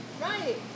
Right